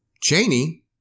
Janie